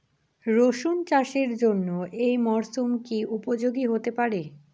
রসুন চাষের জন্য এই মরসুম কি উপযোগী হতে পারে?